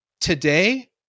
today